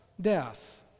Death